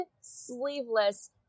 sleeveless